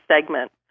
segment